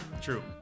true